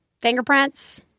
fingerprints